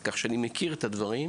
אז כך שאני מכיר את הדברים,